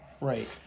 Right